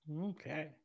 Okay